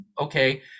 okay